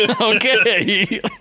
Okay